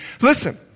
listen